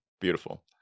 beautiful